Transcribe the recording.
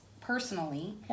personally